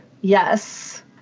yes